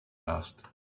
asked